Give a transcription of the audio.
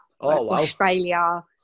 Australia